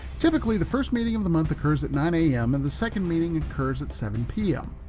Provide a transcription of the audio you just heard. typically the first meeting of the month occurs at nine am and the second meeting occurs at seven pm.